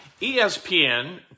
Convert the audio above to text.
ESPN